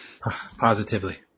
Positively